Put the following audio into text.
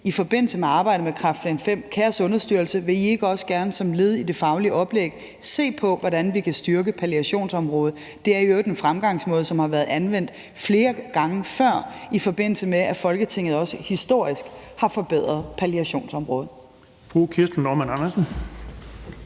i forbindelse med arbejdet med kræftplan V nu har valgt at sige: Kære Sundhedsstyrelse, vil I ikke også gerne som led i det faglige oplæg se på, hvordan vi kan styrke palliationsområdet? Det er i øvrigt en fremgangsmåde, som har været anvendt flere gange før, i forbindelse med at Folketinget også historisk har forbedret palliationsområdet.